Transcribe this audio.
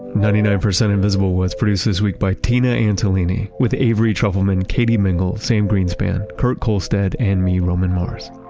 ninety nine percent invisible was produced this week by tina antolini with avery truffleman, katie mingle, sam greenspan, kurt kohlstedt and me, roman mars.